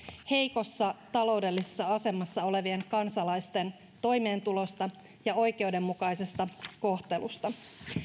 heikossa taloudellisessa asemassa olevien kansalaisten toimeentulosta ja oikeudenmukaisesta kohtelusta